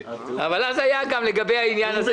אבל אז היה גם לגבי העניין הזה.